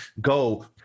go